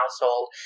household